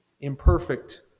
imperfect